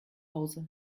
hause